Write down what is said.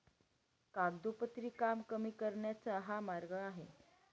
कागदोपत्री काम कमी करण्याचा हा मार्ग आहे